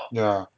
yeah